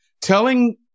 telling